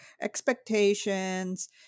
expectations